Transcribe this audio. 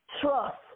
trust